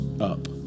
up